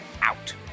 out